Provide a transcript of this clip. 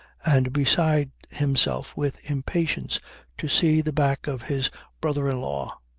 and beside himself with impatience to see the back of his brother-in-law.